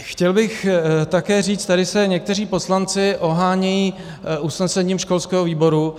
Chtěl bych také říct, tady se někteří poslanci ohánějí usnesením školského výboru.